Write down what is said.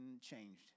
changed